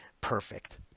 perfect